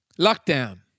Lockdown